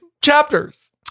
chapters